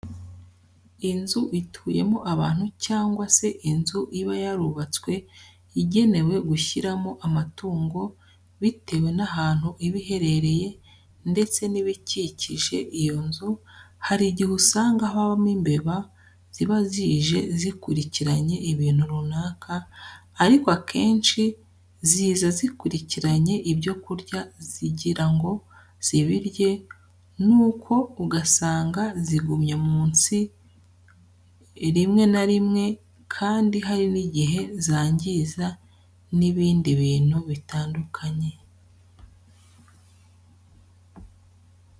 Inzu ituyemo abantu cyangwa se inzu iba yarubatswe igenewe gushyiramo amatungo bitewe n'ahantu iba iherereye ndetse n'ibikikije iyo nzu, hari igihe usanga habamo imbeba ziba zije zikurikiranye ibintu runaka ariko akenshi ziza zikurikiranye ibyo kurya zigira ngo zibirye nuko ugasanga zigumye munsi rimwe na rimwe kandi hari n'igihe zangiza n'ibindi bintu bitandukanye.